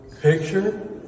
picture